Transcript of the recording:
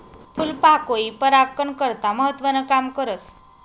फूलपाकोई परागकन करता महत्वनं काम करस